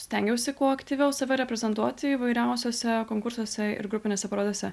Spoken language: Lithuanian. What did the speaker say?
stengiausi kuo aktyviau save reprezentuoti įvairiausiuose konkursuose ir grupinėse parodose